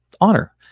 honor